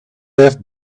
have